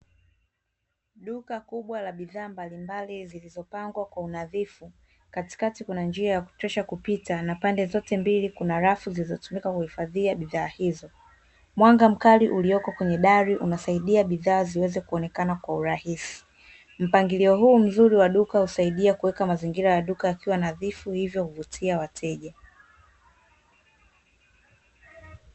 Duka kubwa la bidhaa mbalimbali zilizopangwa kwa unadhifu, katikati kuna njia ya kutosha kupita na pande zote mbili kuna rafu zilizotumika kuhifadhia bidhaa hizo, mwanga mkali ulioko kwenye dari unasaidia bidhaa ziweze kuonekana kwa urahisi, mpangilio huu mzuri wa duka husaidia kuweka mazingira ya duka yakiwa nadhifu hivyo huvutia wateja.